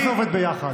איך זה עובד ביחד?